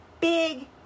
Big